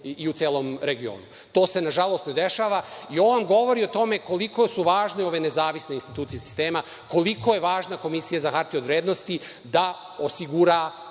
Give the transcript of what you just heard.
i u celom regionu. To se nažalost ne dešava. Ovo vam govori koliko su važne ove nezavisne institucije sistema, koliko je važna Komisija za hartije od vrednosti da osigura